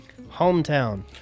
Hometown